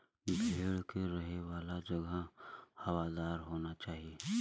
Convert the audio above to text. भेड़ के रहे वाला जगह हवादार होना चाही